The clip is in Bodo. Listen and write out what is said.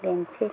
बेनोसै